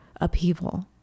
upheaval